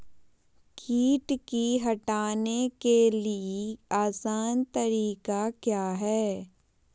किट की हटाने के ली आसान तरीका क्या है?